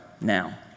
Now